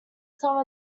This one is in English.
some